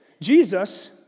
Jesus